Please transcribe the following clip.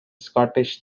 scottish